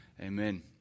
Amen